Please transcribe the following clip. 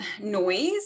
noise